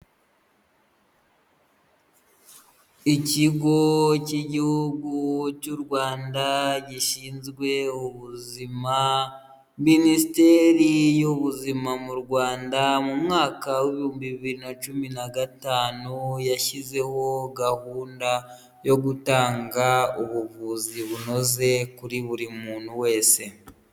Ikigo cy'igihugu cy'u Rwanda gishinzwe ubuzima, minisiteri y'ubuzima mu Rwanda, mu mwaka w'ibihumbi bibiri na cumi na gatanu, yashyizeho gahunda yo gutanga ubuvuzi bunoze kuri buri muntu wese.